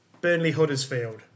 Burnley-Huddersfield